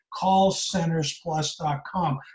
CallcentersPlus.com